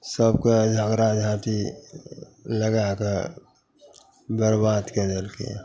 सभकेँ झगड़ा झाँटी लगैके बेरबाद कै देलकैए